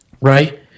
right